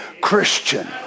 Christian